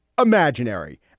imaginary